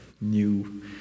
new